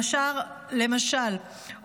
למשל,